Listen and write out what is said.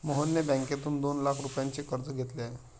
मोहनने बँकेतून दोन लाख रुपयांचे कर्ज घेतले आहे